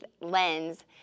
lens